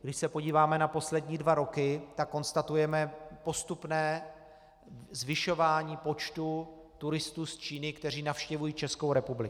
Když se podíváme na poslední dva roky, tak konstatujeme postupné zvyšování počtu turistů z Číny, kteří navštěvují Českou republiku.